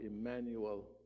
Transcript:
Emmanuel